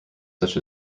such